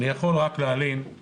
אני יכול להלין על